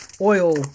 oil